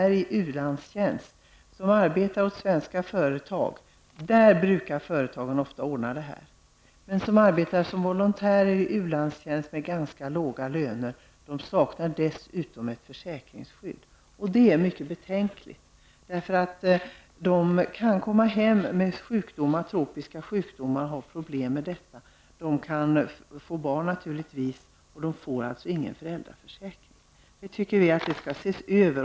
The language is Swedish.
De svenska företagen brukar ofta ordna barnpassningen för sina anställda i u-landstjänst. Men de som arbetar som volontärer i u-landstjänst med ganska låga löner saknar dessutom ett försäkringsskydd, och det är mycket betänkligt. De kan nämligen komma hem med tropiska sjukdomar, vilket kan medföra stora problem. De kan naturligtvis också få barn men uppbär ingen föräldraförsäkring. Vi tycker det är viktigt att den saken ses över.